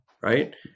Right